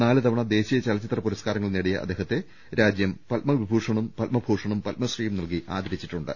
നാലു തവണ ദേശീയ ചലച്ചിത്ര പുരസ്കാരങ്ങൾ നേടിയ അദ്ദേഹത്തെ രാജ്യം പത്മവിഭൂ ഷണും പത്മഭൂഷണും പത്മശ്രീയും നൽകി ആദരിച്ചിട്ടുണ്ട്